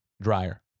Dryer